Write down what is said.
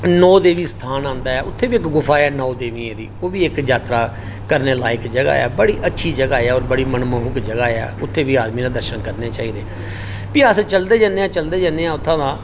नौ देवी स्थान औंदा ऐ उत्थै बी इक गुफा ऐ नौ देवियें दी उत्थै बी इक यात्रा करने लाइक जगह है बड़ी अच्छी जगह है बड़ी मनमोहक जगह ऐ उत्थै बी आदमी ने दर्शन करने चाहिदे फ्ही अस चलदे जन्ने आं चलदे जन्ने आं उत्थै दा